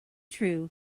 true